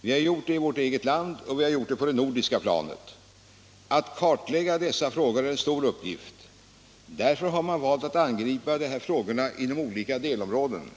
Vi har gjort det i vårt eget land och vi har gjort det på det nordiska planet. Att kartlägga dessa frågor är en stor uppgift. Därför har man valt att angripa dessa frågor inom olika delområden.